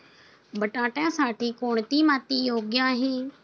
बटाट्यासाठी कोणती माती योग्य आहे?